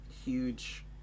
huge